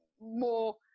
more